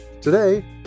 Today